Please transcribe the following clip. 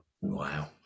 Wow